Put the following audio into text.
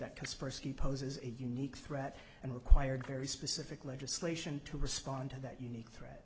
that kaspersky poses a unique threat and required very specific legislation to respond to that unique threat